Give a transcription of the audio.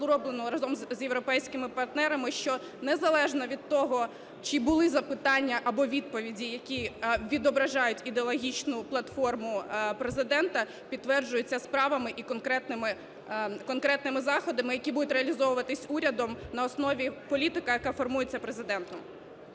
розробленого разом з європейськими партнерами, що, незалежно від того, чи були запитання або відповіді, які відображають ідеологічну платформу Президента, підтверджуються справами і конкретними заходами, які будуть реалізовуватися урядом на основі політики, яка формується Президентом.